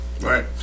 Right